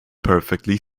perfectly